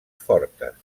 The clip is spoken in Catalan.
fortes